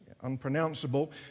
unpronounceable